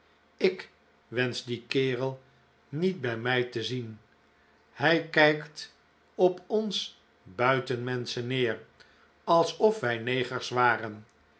ik wensch dien kerel niet bij mij te zien hij kijkt op ons buitenmenschen neer alsof wij negers waren